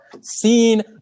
seen